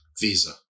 visa